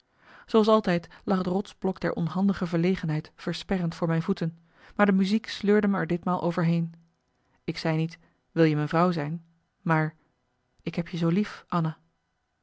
zooals altijd lag het rotsblok der onhandige verlegenheid versperrend voor mijn voeten maar de muziek sleurde me er ditmaal overheen ik zei niet wil je mijn vrouw zijn maar ik heb je zoo lief anna